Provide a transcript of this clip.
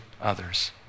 others